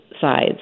sides